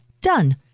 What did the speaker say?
Done